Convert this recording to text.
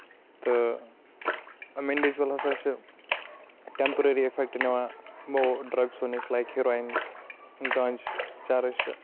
تہٕ یِم اِنڈجول ہسا چھِ ٹیٚمپرٔری اِفیکٹ نِوان یِمو ڈرگسو نِش لایِک ہیراین چھِ گانجہِ چھُ چَرٕس چھُ